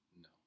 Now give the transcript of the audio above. No